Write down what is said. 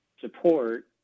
support